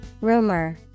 Rumor